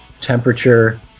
temperature